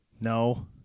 No